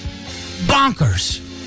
Bonkers